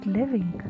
living